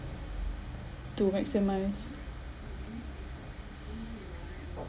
to maximise